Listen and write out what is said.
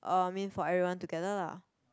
um mean for everyone together lah